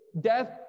death